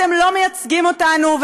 אתם לא מייצגים אותנו,